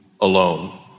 alone